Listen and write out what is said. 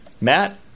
Matt